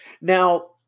Now